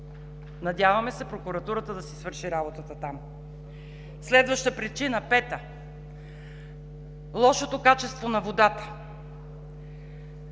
Надяваме се Прокуратурата да си свърши работата там. Следваща – пета причина, лошото качество на водата.